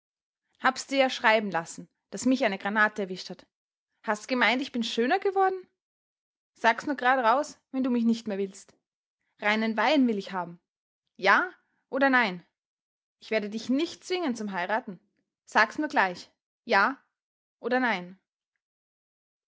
hab's dir ja schreiben lassen daß mich eine granate erwischt hat hast gemeint ich bin schöner geworden sag's nur grad raus wenn du mich nicht mehr willst reinen wein will ich haben ja oder nein ich werde dich nicht zwingen zum heiraten sag's nur gleich ja oder nein